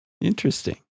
interesting